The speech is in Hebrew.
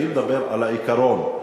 אני מדבר על העיקרון.